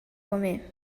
comer